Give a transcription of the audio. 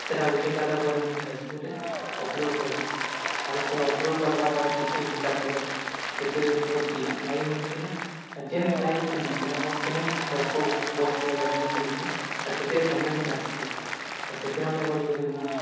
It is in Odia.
ସେଟା ଉଠେଇ ସାର୍ଲା ପରେ ମୁଇଁ ଫେସ୍ବୁକ୍ରେ ଅପ୍ଲୋଡ଼୍ କରିଥିଲି ଆରୁ ସେ ଅପ୍ଲୋଡ଼୍ କର୍ବାର୍ କିଛି ଘଣ୍ଟା ପରେ ସେଥିରେ ବହୁତ୍ ଲାଇକ୍ ମିଲିଥିଲା ଆର୍ ଯେନ୍ ଲାଇକ୍ କିିନି ସେଟା ମୋର୍ କେହେନ୍ ଫେସ୍ବୁକ୍ ପୋଷ୍ଟ୍ରେ ସେଟା ନି ମିଲିିଥାଇ ଆର୍ ସେଥିରେ କମେଣ୍ଟ୍ ବି ଆସିଥିଲା ଆର୍ ସେଥିର୍ଲାଗି ବଲିକରି ମୁଇଁ